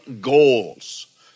goals